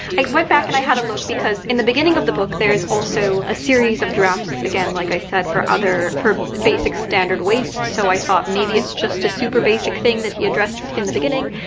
i went back and i had a look because in the beginning of the book there is also a series of drafts. again, like i said, for other basic standard waist. so i thought maybe it's just a super basic thing that he addressed in the beginning,